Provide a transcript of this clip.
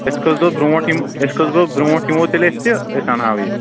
اَسہِ کٔژ دۄہ برٛوٗنٛٹھ یِم اَسہِ کٔژ دۄہ برٛوٗنٛٹھ یِمو تیٚلہِ أسۍ تہٕ أسۍ اَنہاو یہِ